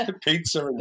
pizza